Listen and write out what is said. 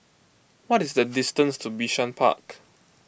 what is the distance to Bishan Park